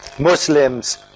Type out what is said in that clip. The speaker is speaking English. Muslims